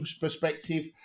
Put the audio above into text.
perspective